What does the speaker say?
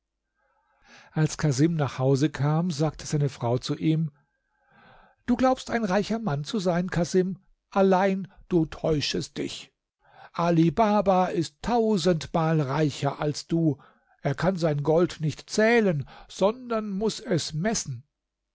als casim nach hause kam sagte seine frau zu ihm du glaubst ein reicher mann zu sein casim allein du täuschest dich ali baba ist tausendmal reicher als du er kann sein gold nicht zählen sondern muß es messen